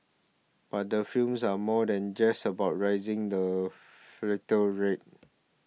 but the films are more than just about rising the fertile rate